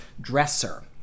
dresser